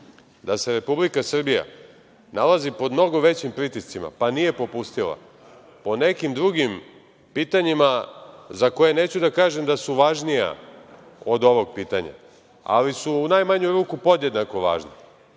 da se Republika Srbija nalazi pod mnogo većim pritiscima, pa nije popustila, po nekim drugim pitanjima za koja neću da kažem da su važnija od ovog pitanja, ali su u najmanju ruku podjednako važna.